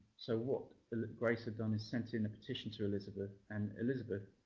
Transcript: so what grace had done is sent in a petition to elizabeth. and elizabeth